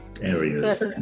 areas